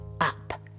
up